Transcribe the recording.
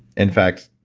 in fact,